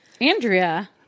Andrea